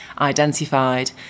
identified